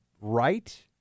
right